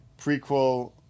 prequel